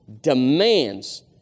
demands